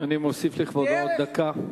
אני מוסיף לכבודו עוד דקה.